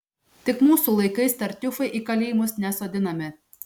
tik mūsų laikais tartiufai į kalėjimus nesodinami